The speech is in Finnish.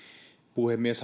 puhemies